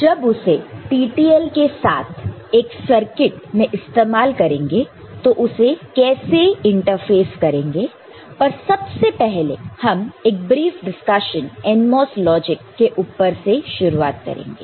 जब उसे TTL के साथ एक सर्किट में इस्तेमाल करेंगे तो उसे कैसे इंटरफ़ेस करेंगे पर सबसे पहले हम एक ब्रिफ डिस्कशन NMOS लॉजिक के ऊपर से शुरुआत करेंगे